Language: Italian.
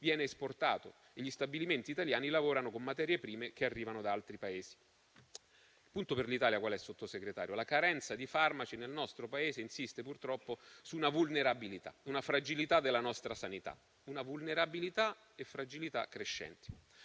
viene esportato e gli stabilimenti italiani lavorano con materie prime che arrivano da altri Paesi. Il punto per l'Italia qual è, signor Sottosegretario? La carenza di farmaci nel nostro Paese insiste purtroppo su una vulnerabilità e una fragilità della nostra sanità crescenti.